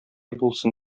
булсын